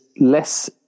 less